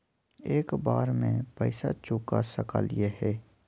एक बार में पैसा चुका सकालिए है?